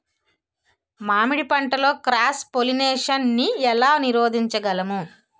మామిడి పంటలో cross pollination నీ ఏల నీరోధించగలము?